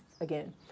again